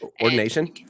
Ordination